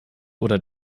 oder